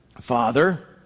Father